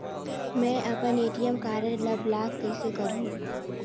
मै अपन ATM card ल ब्लाक कइसे करहूं?